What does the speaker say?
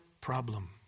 problem